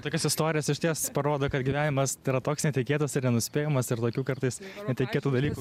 tokios istorijos išties parodo kad gyvenimas tai yra toks netikėtas ir nenuspėjamas ir tokių kartais netikėtų dalykų